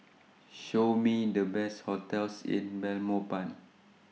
Show Me The Best hotels in Belmopan